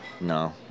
No